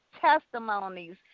testimonies